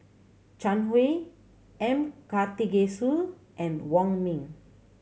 Zhang Hui M Karthigesu and Wong Ming